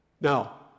Now